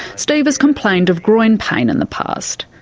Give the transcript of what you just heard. steve has complained of groin pain in the past.